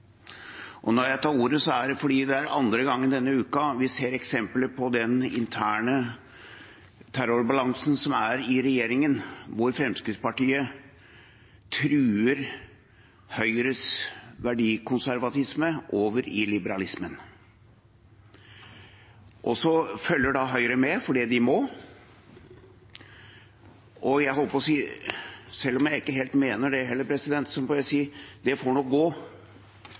støtte. Når jeg tar ordet, er det fordi det er andre gang denne uken vi ser eksempler på den interne terrorbalansen som er i regjeringen, hvor Fremskrittspartiet truer Høyres verdikonservatisme over i liberalismen. Så følger Høyre med fordi de må, og – jeg holdt på å si – selv om jeg ikke helt mener det, må jeg si at det får nå gå.